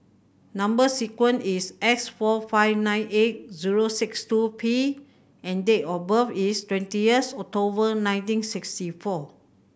number sequence is S four five nine eight zero six two P and date of birth is twenty of October nineteen sixty four